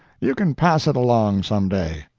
you can pass it along some day.